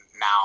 now